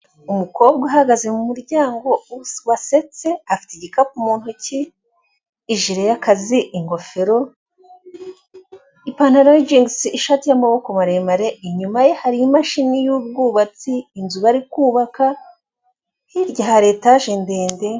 Umukobwa uhagaze mu muryango wasetse afite igikapu mu ntoki, ijire y'akazi , ingofero, ipantaro y'injingisi, ishati y'amaboko maremare inyuma ye hari imashini y'ubwubatsi, inzu bari kubaka, hirya hari etaje ndende